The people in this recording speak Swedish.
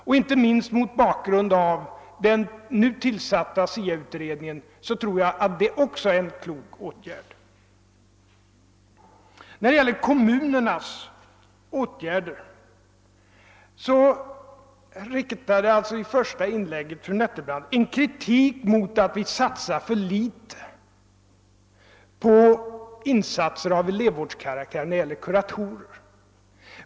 Särskilt mot bakgrunden av den nu tillsatta SIA-utredningen tror jag också att det är en klok åtgärd. Fru Nettelbrandt riktade i sitt första inlägg kritik mot att det satsas för litet på åtgärder av elevvårdskaraktär i vad gäller kuratorer.